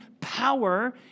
power